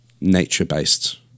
nature-based